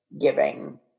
giving